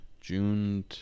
June